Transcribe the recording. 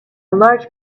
large